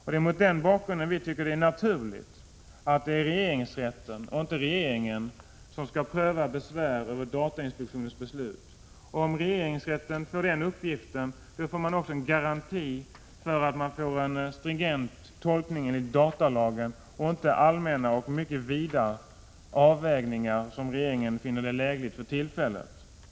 Vi tycker mot den bakgrunden att det är naturligt att regeringsrätten och inte regeringen skall pröva besvär över datainspektionens beslut. Om regeringrätten får den uppgiften är det en garanti för att man får en stringent tolkning av datalagen och inte allmänna och mycket vida avvägningar som Prot. 1986/87:32 regeringen för tillfället finner lägliga.